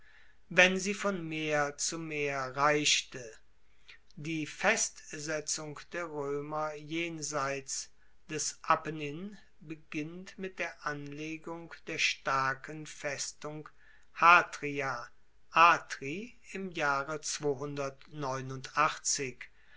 wenn sie von meer zu meer reichte die festsetzung der roemer jenseits des apennin beginnt mit der anlegung der starken festung hatria atri im jahre